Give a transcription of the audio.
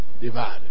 divided